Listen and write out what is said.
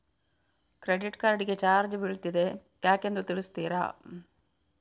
Credit card ಗೆ charge ಬೀಳ್ತಿದೆ ಯಾಕೆಂದು ತಿಳಿಸುತ್ತೀರಾ?